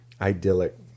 idyllic